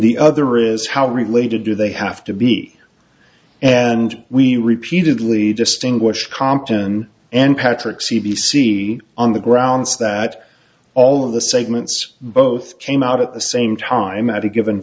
the other is how related do they have to be and we repeatedly distinguish compton and patrick c b c on the grounds that all of the segments both came out at the same time at a given